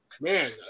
Man